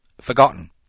forgotten